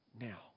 now